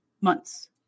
months